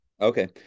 Okay